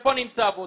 איפה הוא ימצא עבודה?